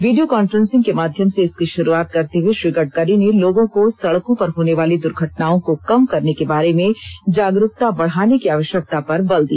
video conferencing के माध्यम से इसकी शुरुआत करते हुए श्री गडकरी ने लोगों को सड़कों पर होने वाली दुर्घटनाओं को कम करने के बारे में जागरुकता बढ़ाने की आवश्यकता पर बल दिया